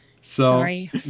Sorry